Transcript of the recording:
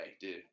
dude